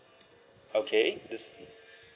okay this